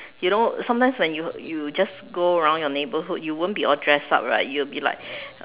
you know sometimes when you you just go around your neighbourhood you won't be all dressed up right you'll be like